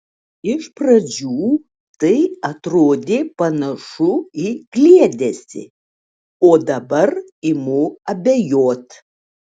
iš pradžių tai atrodė panašu į kliedesį o dabar imu abejot